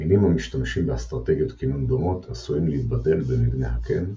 מינים המשתמשים באסטרטגיות קינון דומות עשויים להיבדל במבנה הקן,